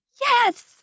yes